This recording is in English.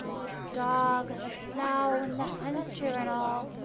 the dog, and the plough, and the hunter, and all,